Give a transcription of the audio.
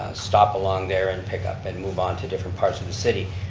stop along there and pick up and move on to different parts of the city.